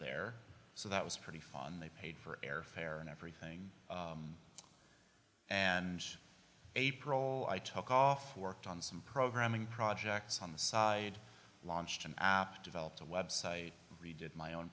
there so that was pretty fun they paid for airfare and everything and april i took off worked on some programming projects on the side launched an app developed a website redid my own